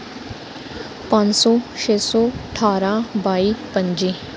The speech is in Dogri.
पंज सौ छे सौ ठारां बाई पं'ज्जी